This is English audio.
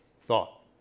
thought